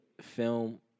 film